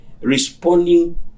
responding